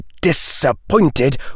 disappointed